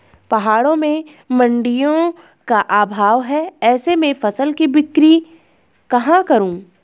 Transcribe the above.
पहाड़ों में मडिंयों का अभाव है ऐसे में फसल की बिक्री कहाँ करूँ?